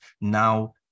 now